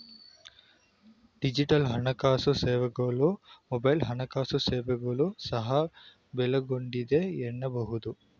digital ಹಣಕಾಸು ಸೇವೆಗಳು mobile ಹಣಕಾಸು ಸೇವೆಗಳನ್ನ ಸಹ ಒಳಗೊಂಡಿದೆ ಎನ್ನಬಹುದು